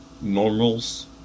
Normals